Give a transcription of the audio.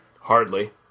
Hardly